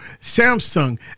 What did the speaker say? samsung